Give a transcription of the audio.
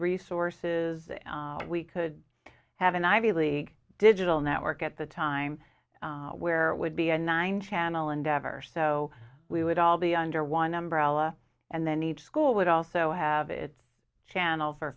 resources we could have an ivy league digital network at the time where it would be a nine channel endeavor so we would all be under one umbrella and then each school would also have its channel for